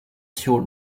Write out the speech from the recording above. short